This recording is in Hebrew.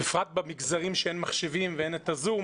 בפרט במגזרים שאין מחשבים ואין את ה-זום,